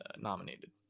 Nominated